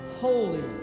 holy